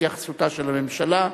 התייחסותה של הממשלה.